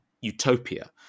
utopia